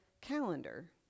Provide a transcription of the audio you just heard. calendar